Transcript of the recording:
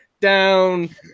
down